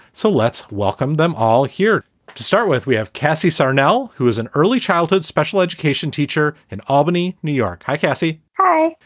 so let's welcome them all. here to start with, we have cassie sano, who is an early childhood special education teacher in albany, new york. hi, cassie. hi.